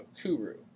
Kuru